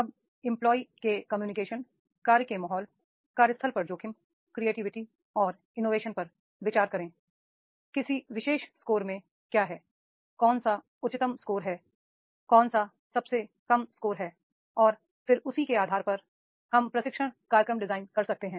अब एंप्लॉय के कम्युनिकेशन कार्य के माहौल कार्यस्थल पर जोखिम क्रिएटिविटी और इनोवेशन पर विचार करें किसी विशेष स्कोर में क्या है कौन सा उच्चतम स्कोर है कौन सा सबसे कम स्कोर है और फिर उसी के आधार पर हम प्रशिक्षण कार्यक्रम डिजाइन कर सकते हैं